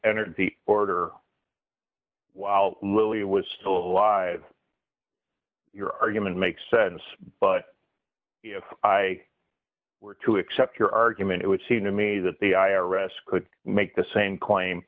entered the order while lily was still alive your argument makes sense but i were to accept your argument it would seem to me that the i r s could make the same claim